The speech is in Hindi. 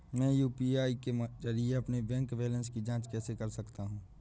मैं यू.पी.आई के जरिए अपने बैंक बैलेंस की जाँच कैसे कर सकता हूँ?